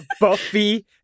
Buffy